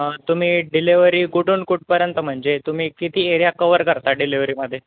मग तुम्ही डिलेिवरी कुठून कुठपर्यंत म्हणजे तुम्ही किती एरिया कवर करता डिलेवर्हरी मध्ये